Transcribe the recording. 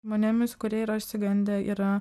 žmonėmis kurie yra išsigandę yra